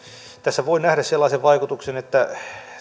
tässä voi nähdä sellaisen vaikutuksen että